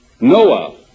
Noah